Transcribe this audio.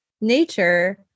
nature